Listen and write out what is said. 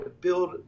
build